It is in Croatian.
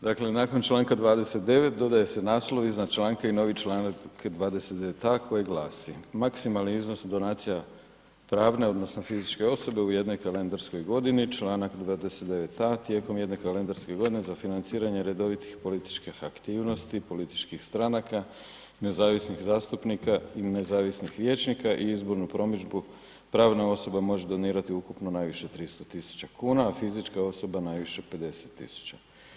Dakle, nakon članka 29. dodaje se naslov iznad članka i novi članak 29a. koji glasi: „Maksimalni iznos donacija pravne odnosno fizičke osobe u jednoj kalendarskoj godini, Članak 29a. tijekom jedne kalendarske godine za financiranje redovitih političkih aktivnosti političkih stranaka, nezavisnih zastupnika i nezavisnih vijećnika i izbornu promidžbu, pravna osoba može donirati ukupno najviše 300.000 kuna, a fizička osoba najviše 50.000.